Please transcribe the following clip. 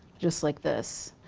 just like this.